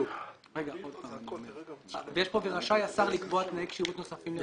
נאמר כאן "ורשאי השר לקבוע תנאי כשירות נוספים".